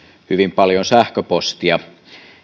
hyvin paljon sähköpostia